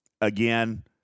again